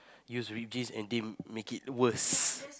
use ripped jeans and deem make it worst